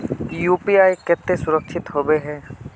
UPI केते सुरक्षित होबे है?